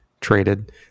traded